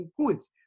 points